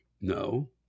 No